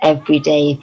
Everyday